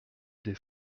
des